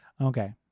Okay